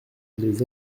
les